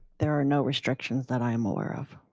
there are no restrictions that i am aware of.